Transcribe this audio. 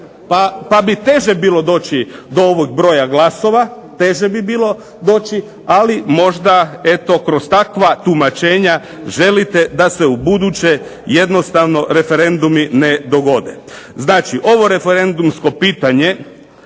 pa bi teže bilo doći do ovog broja glasova. Teže bi bilo doći, ali možda eto kroz takva tumačenja želite da se u buduće jednostavno referendumi ne dogode. Znači, ovo referendumsko pitanje